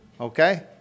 okay